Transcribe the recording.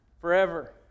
forever